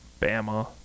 Bama